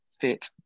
fit